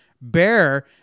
Bear